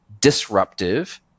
disruptive